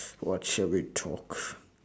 what shall we talk